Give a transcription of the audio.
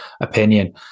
opinion